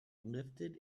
lifted